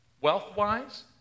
wealth-wise